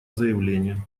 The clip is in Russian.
заявления